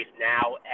now